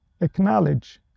acknowledge